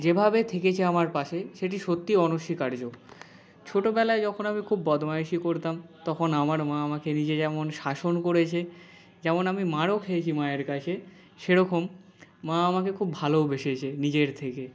যেভাবে থেকেছে আমার পাশে সেটি সত্যি অনস্বীকার্য ছোটোবেলায় যখন আমি খুব বদমাইশি করতাম তখন আমার মা আমাকে নিজে যেমন শাসন করেছে যেমন আমি মারও খেয়েছি মায়ের কাছে সেরকম মা আমাকে খুব ভালোও বেসেছে নিজের থেকে